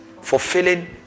Fulfilling